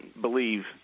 believe